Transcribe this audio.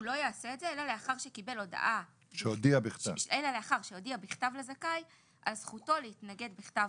אלא לאחר שהודיע בכתב לזכאי על זכותו להגיש התנגדות בכתב